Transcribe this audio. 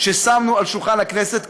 ששמנו על שולחן הכנסת,